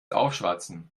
aufschwatzen